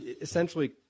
essentially